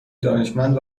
دانشمند